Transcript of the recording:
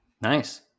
Nice